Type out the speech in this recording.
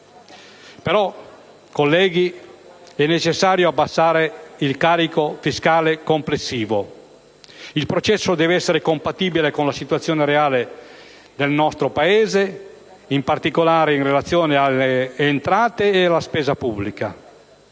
però, colleghi, abbassare il carico fiscale complessivo. Il processo deve essere compatibile con la situazione reale del nostro Paese, con particolare riguardo alle entrate ed alla spesa pubblica.